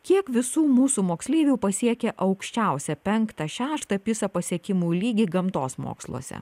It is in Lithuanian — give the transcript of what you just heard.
kiek visų mūsų moksleivių pasiekė aukščiausią penktą šeštą pisa pasiekimų lygį gamtos moksluose